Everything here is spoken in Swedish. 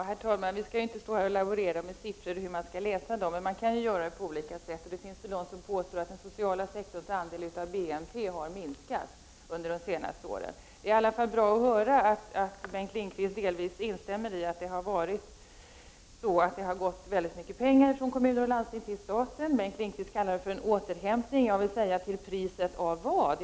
Herr talman! Vi skall här inte träta om hur man skall läsa siffror, men man kan göra det på olika sätt, och det finns de som påstår att den sociala sektorns andel av BNP har minskat under de senaste åren. Det är i alla fall bra att Bengt Lindqvist delvis instämmer i att det har gått mycket pengar från kommuner och landsting till staten. Bengt Lindqvist kallar det för en återhämtning. Jag vill då fråga: Till priset av vad?